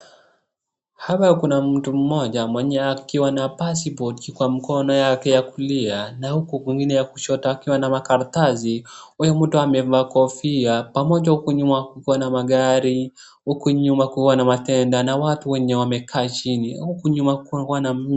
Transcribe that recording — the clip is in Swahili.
Hapa kuna mtu mmoja mwenye akiwa na pasipoti kwa mkono yake ya kulia na huku kwingine ya kushoto akiwa na makaratasi. Huyu mtu amevaa kofia pamoja huku nyuma kukiwa na magari. Huku nyuma kukiwa na matenda na watu wenye wamekaa chini. Huku nyuma kukiwa.